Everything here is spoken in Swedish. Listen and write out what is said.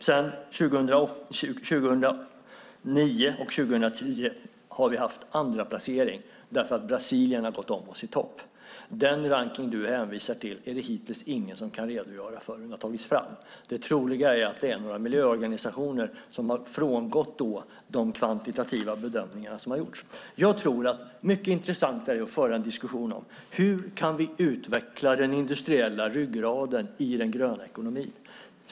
År 2009 och år 2010 har vi haft en andraplacering därför att Brasilien har gått om oss i toppen. Den rankning du hänvisar till är det hittills ingen som har kunnat redogöra för hur den har tagits fram. Det troliga är att det är några miljöorganisationer som har frångått de kvantitativa bedömningar som har gjorts. Jag tror att det är mycket intressantare att föra en diskussion om hur vi kan utveckla den industriella ryggraden i den gröna ekonomin.